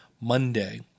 Monday